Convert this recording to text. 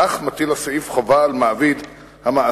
כך מטיל הסעיף חובה על מעביד המעסיק